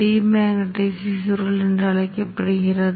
எனவே இது gate drive சமிக்ஞை ஆகும் இது BJT சுவிட்சுக்கு வழங்கப்படுகிறது